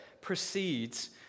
precedes